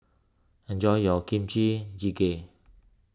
enjoy your Kimchi Jjigae